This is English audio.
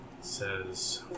Says